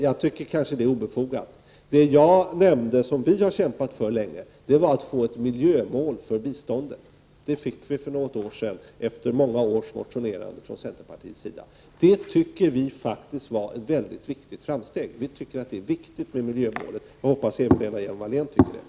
Jag tycker kanske att det är obefogat. Det jag nämnde, som vi har kämpat för länge, var ett miljömål för biståndet. Det fick vi för några år sedan, efter många års motionerande från centerpartiets sida. Det tycker vi faktiskt var ett mycket viktigt framsteg. Vi tycker att det är viktigt med miljömålet. Jag hoppas att även Lena Hjelm-Wallén tycker det.